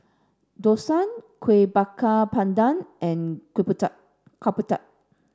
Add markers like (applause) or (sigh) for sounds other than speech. Dosa Kueh Bakar Pandan and (unintelligible) Ketupat